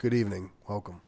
good evening welcome